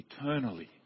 eternally